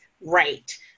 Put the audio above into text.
right